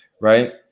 right